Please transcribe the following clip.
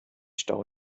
stau